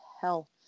hell